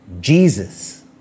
Jesus